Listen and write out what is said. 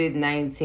COVID-19